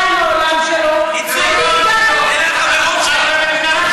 שגם חיילים משוחררים, גם בני שירות לאומי.